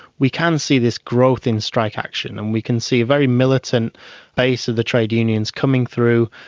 we can see this growth in strike action. and we can see a very militant base of the trade unions coming through,